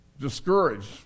discouraged